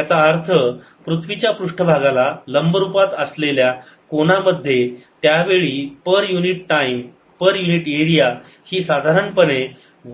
त्याचा अर्थ पृथ्वीच्या पृष्ठभागाला लंब रूपात असलेल्या कोणामध्ये त्यावेळी per unit time per unit area ही साधारणपणे